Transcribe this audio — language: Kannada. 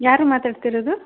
ಯಾರು ಮಾತಾಡ್ತಿರೋದು